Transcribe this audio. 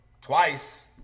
twice